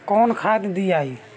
कौन खाद दियई?